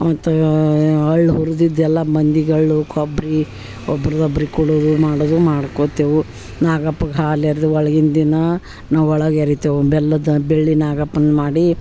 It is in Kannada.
ಮತ್ತು ಅರ್ಳ್ ಹುರ್ದಿದ್ದು ಎಲ್ಲ ಮಂದಿಗಳು ಕೊಬ್ಬರಿ ಒಬ್ರದ್ದು ಒಬ್ರಿಗೆ ಕೊಡುವುದು ಮಾಡುವುದು ಮಾಡ್ಕೊತೇವೆ ನಾಗಪ್ಪಗೆ ಹಾಲು ಎರೆದು ಒಳ್ಗಿನ ದಿನ ನಾವು ಒಳಗೆ ಎರಿತೇವೆ ಬೆಲ್ಲದ ಬೆಳ್ಳಿ ನಾಗಪ್ಪನ ಮಾಡಿ